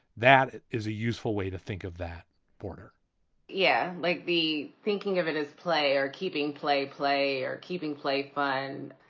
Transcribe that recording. that it is a useful way to think of that border yeah, like be thinking of it as play or keeping play play or keeping play fun.